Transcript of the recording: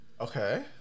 Okay